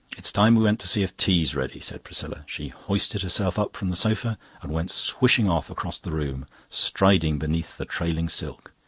it's time went to see if tea's ready, said priscilla. she hoisted herself up from the sofa and went swishing off across the room, striding beneath the trailing silk.